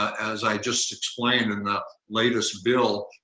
as i just explained in the latest bill,